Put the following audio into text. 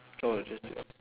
oh that's it